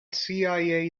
cia